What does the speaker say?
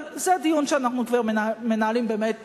אבל זה דיון שאנחנו כבר מנהלים באמת הרבה מאוד זמן.